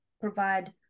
provide